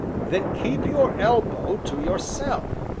then keep your elbow to yourself.